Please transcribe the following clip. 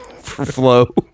flow